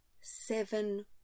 Seven